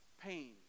pain